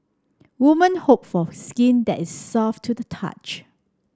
woman hope for skin that is soft to the touch